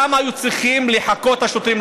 למה היו צריכים לחכות, השוטרים?